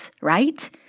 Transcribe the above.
right